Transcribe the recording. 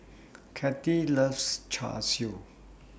Cathi loves Char Siu